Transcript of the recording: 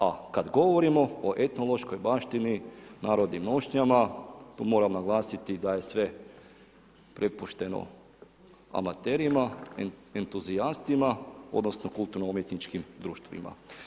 A kad govorimo o etnološkoj baštini, narodu i nošnjama, tu moram naglasiti da je sve prepušteno amaterima, entuzijastima odnosno kulturno umjetničkim društvima.